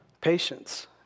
Patience